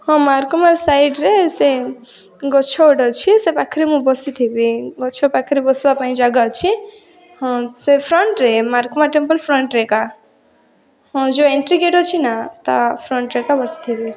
ହଁ ମାର୍କମା ସାଇଡ଼୍ରେ ସେ ଗଛ ଗୋଟେ ଅଛି ସେ ପାଖରେ ମୁଁ ବସିଥିବି ଗଛ ପାଖରେ ବସିବା ପାଇଁ ଜାଗା ଅଛି ହଁ ସେ ଫ୍ରଣ୍ଟରେ ମାର୍କମା ଟେମ୍ପଲ୍ ଫ୍ରଣ୍ଟରେ ଏକା ହଁ ଯେଉଁ ଏଣ୍ଟ୍ରି ଗେଟ୍ ଅଛି ନା ତା ଫ୍ରଣ୍ଟରେ ଏକା ବସିଥିବି